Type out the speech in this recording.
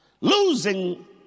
losing